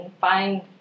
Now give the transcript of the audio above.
find